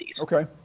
Okay